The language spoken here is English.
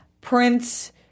Prince